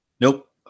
Nope